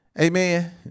Amen